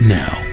now